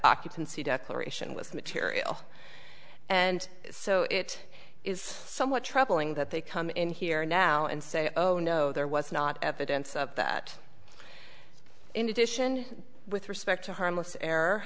occupancy declaration was material and so it is somewhat troubling that they come in here now and say oh no there was not evidence of that in addition with respect to harmless